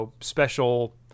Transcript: special